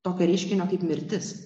tokio reiškinio kaip mirtis